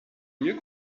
mieux